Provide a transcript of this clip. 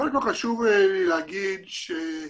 קודם כל חשוב להגיד על